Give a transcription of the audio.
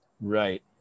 Right